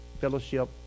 fellowship